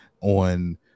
on